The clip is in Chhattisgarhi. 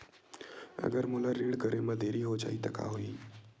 अगर मोला ऋण करे म देरी हो जाहि त का होही?